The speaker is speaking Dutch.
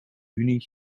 unie